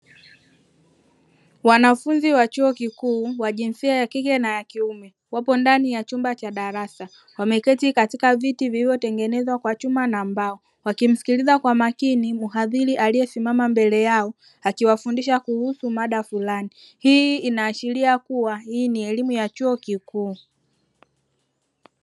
Wanafunzi wa chuo kikuu cha jinsia ya kike na kiume wapo ndani ya darasa wameketi katika viti vilivyotengeneza kwa chuma na mbao, wakimsikiliza kwa makini mhadhiri aliyesimama mbele yao akiwafundisha kuhusu mada fulani, hii inaashiria kuwa ni elimu ya chuo kikuu.